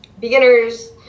Beginners